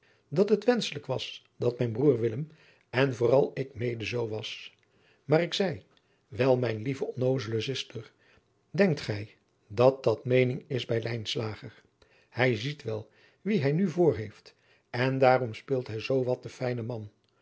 dat het wenschelijk was dat mijn broêr willem en vooral ik mede zoo was maar ik zeî wel mijn lieve onnoozele zuster denkt gij dat dat meening is bij lijnslager hij ziet wel wie hij in u voorheeft en daarom speelt hij zoo wat den fijnen man